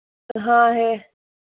हाँ है